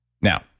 Now